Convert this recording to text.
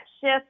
shift